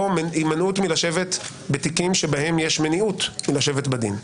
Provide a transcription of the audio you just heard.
או הימנעות מלשבת בתיקים שבהם יש מניעות מלשבת בדין.